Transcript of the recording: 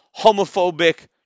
homophobic